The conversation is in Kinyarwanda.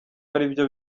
aribyo